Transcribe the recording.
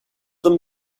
them